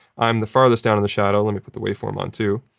i'm the farthest down in the shadow. let me put the waveform on too.